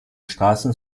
straßen